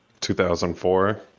2004